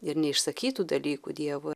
ir neišsakytų dalykų dievui